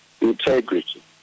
Integrity